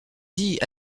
dit